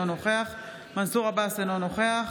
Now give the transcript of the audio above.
אינו נוכח מנסור עבאס, אינו נוכח